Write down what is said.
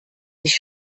sich